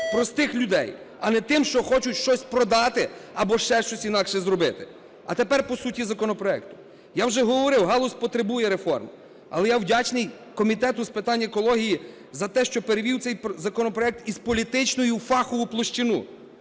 простих людей, а не тим, що хочуть щось продати або ще щось інакше зробити. А тепер по суті законопроекту. Я вже говорив, галузь потребує реформ, але я вдячний Комітету з питань екології за те, що перевів цей законопроект із політичної у фахову площину,